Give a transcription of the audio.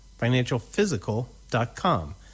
financialphysical.com